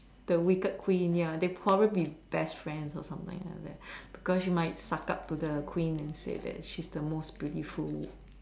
the wicked queen ya they probably be best friends or something like that because she might suck up to the queen and say that she's the most beautiful